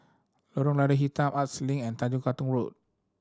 Lorong Lada Hitam Arts Link and Tanjong Katong Road